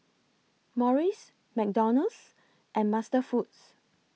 Morries McDonald's and MasterFoods